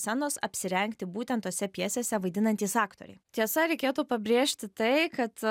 scenos apsirengti būtent tose pjesėse vaidinantys aktoriai tiesa reikėtų pabrėžti tai kad